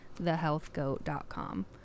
thehealthgoat.com